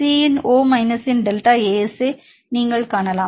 C இன் O மைனஸின் delta ASA நீங்கள் காணலாம்